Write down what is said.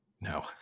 No